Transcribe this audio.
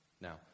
Now